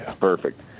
Perfect